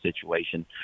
situation